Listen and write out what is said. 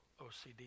OCD